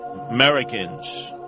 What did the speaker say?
Americans